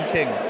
King